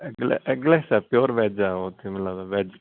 eggless eggless ਆ pure veg ਆ ਉੱਥੇ ਮੈਨੂੰ ਲੱਗਦਾ ਵੈੱਜ